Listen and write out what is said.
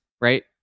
right